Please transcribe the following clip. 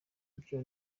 byo